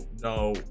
no